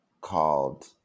called